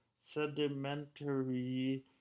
sedimentary